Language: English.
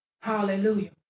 Hallelujah